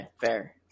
fair